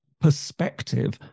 perspective